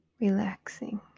relaxing